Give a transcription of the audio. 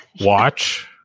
watch